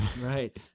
Right